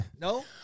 No